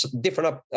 different